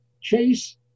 chase